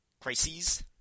crises